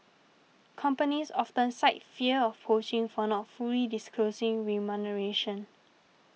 companies often cite fear of poaching for not fully disclosing remuneration